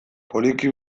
poliki